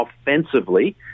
offensively